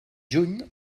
juny